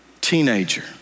teenager